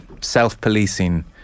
self-policing